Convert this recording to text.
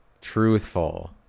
truthful